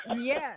Yes